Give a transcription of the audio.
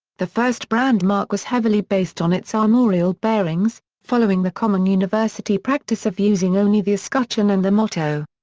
the first brandmark was heavily based on its armorial bearings, following the common university practice of using only the escutcheon and the motto.